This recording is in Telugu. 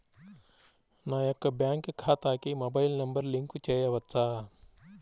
నా యొక్క బ్యాంక్ ఖాతాకి మొబైల్ నంబర్ లింక్ చేయవచ్చా?